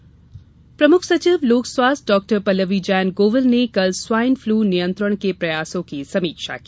swine कार्यशाला प्रमुख सचिव लोक स्वास्थ्य डॉ पल्लवी जैन गोविल ने कल स्वाइन फ्लू नियंत्रण के प्रयासों की समीक्षा की